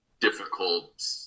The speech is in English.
difficult